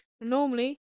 normally